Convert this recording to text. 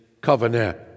covenant